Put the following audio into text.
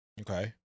Okay